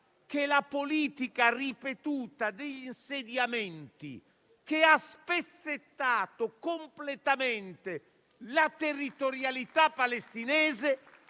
che la politica ripetuta degli insediamenti, che ha spezzettato completamente la territorialità palestinese,